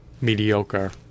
mediocre